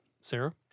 Sarah